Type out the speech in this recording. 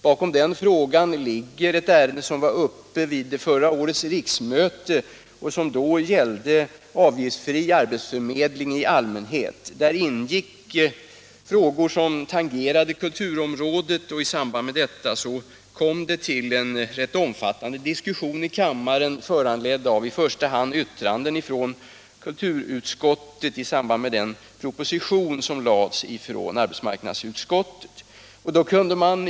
Bakom den frågan ligger ett ärende = m.m. som var uppe vid förra riksmötet och som gällde avgiftsfri artistförmedling i allmänhet. Däri ingick frågor som tangerade kulturområdet. I samband med detta blev det en rätt omfattande diskussion i kammaren, föranledd av i första hand yttranden från kulturutskottet i samband med det betänkande som lades fram av dåvarande inrikesutskottet.